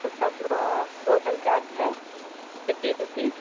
तो सब total charge है फिफ्टी रुपीज़